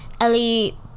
Ellie